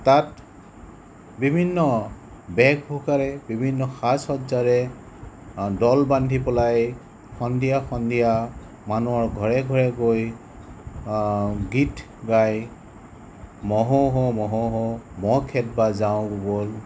তাত বিভিন্ন বেশভূষাৰে বিভিন্ন সাজ সজ্জাৰে দল বান্ধি পলাই সন্ধিয়া সন্ধিয়া মানুহৰ ঘৰে ঘৰে গৈ গীত গায় মহোহো মহোহো মহ খেদবা যাওঁ ব'ল